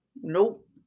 nope